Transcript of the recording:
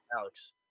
Alex